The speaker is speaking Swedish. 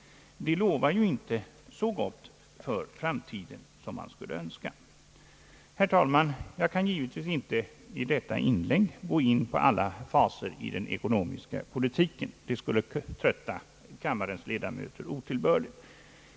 Det lovar inte så gott för framtiden som man skulle önska. Herr talman! Jag kan i detta inlägg givetvis inte gå in på alla faser i den ekonomiska politiken. Det skulle trötta kammarens ledamöter otillbörligt.